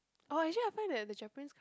oh actually I find that the Japanese